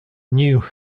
new